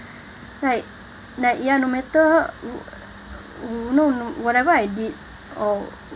like like ya no matter no no whatever I did uh